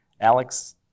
Alex